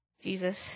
Jesus